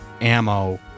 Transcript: ammo